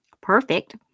perfect